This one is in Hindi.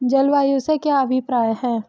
जलवायु से क्या अभिप्राय है?